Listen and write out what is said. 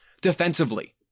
Defensively